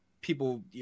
people